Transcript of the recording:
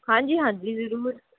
ਹਾਂਜੀ ਹਾਂਜੀ ਜ਼ਰੂਰ